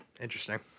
Interesting